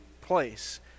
place